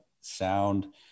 sound